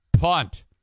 Punt